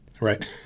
Right